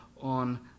on